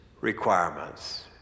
requirements